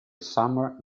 summer